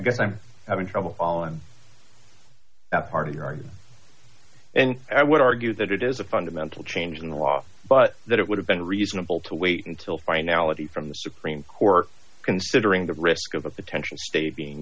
guess i'm having trouble following that part of yours and i would argue that it is a fundamental change in the law but that it would have been reasonable to wait until finality from the supreme court considering the risk of a potential state being